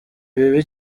bibi